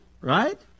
right